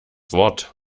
wort